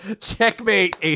Checkmate